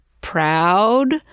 proud